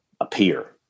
appear